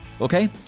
Okay